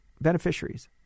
beneficiaries